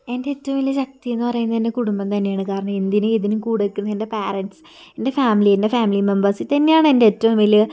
എൻ്റെ ഏറ്റവും വലിയ ശക്തി എന്ന് പറയുന്നത് എൻ്റെ കുടുംബം തന്നെയാണ് കാരണം എന്തിനും ഏതിനും കൂടെ നിക്കുന്ന എൻ്റെ പാരൻസ് എൻ്റെ ഫാമിലി എൻ്റെ ഫാമിലി മെമ്പേഴ്സ് ഇതന്നെയാണ് എൻ്റെ ഏറ്റവും വലിയ